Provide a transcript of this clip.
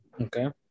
Okay